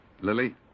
Lily